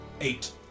Eight